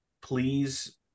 please